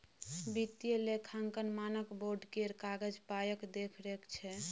वित्तीय लेखांकन मानक बोर्ड केर काज पायक देखरेख छै